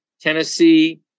Tennessee